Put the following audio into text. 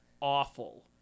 Awful